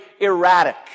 erratic